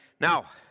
Now